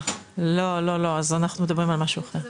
אז אנחנו מדברים על משהו אחר.